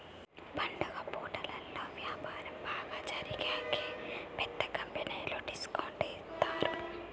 పండుగ పూటలలో వ్యాపారం బాగా జరిగేకి పెద్ద కంపెనీలు డిస్కౌంట్ ఇత్తారు